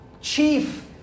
chief